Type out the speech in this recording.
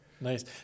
Nice